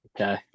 Okay